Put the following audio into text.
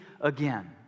again